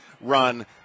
run